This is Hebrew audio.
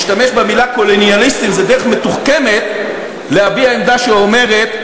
להשתמש במילה קולוניאליסטים זה דרך מתוחכמת להביע עמדה שאומרת: